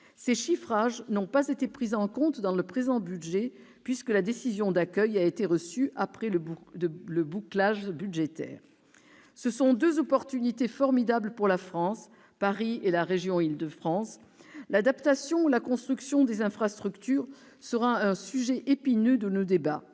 Ces chiffrages n'ont pas été pris en compte dans le présent budget, puisque la décision d'accueil a été reçue après le bouclage budgétaire. Ce sont deux occasions formidables pour la France, Paris et la région d'Île-de-France. L'adaptation ou la construction des infrastructures sera un sujet épineux de nos débats.